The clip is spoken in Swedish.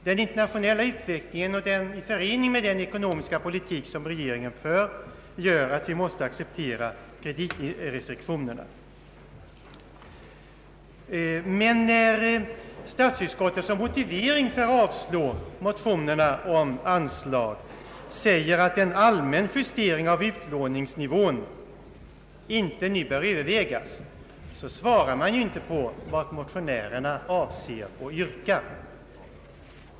Den internationella utvecklingen i förening med den av regeringen förda ekonomiska politiken gör att vi måste acceptera kreditrestriktionerna. Men när statsutskottet som motivering för att avslå motionen om anslag säger att en allmän justering av utlåningsnivån inte nu bör övervägas, så svarar man inte på vad jag i motionen avser och yrkar.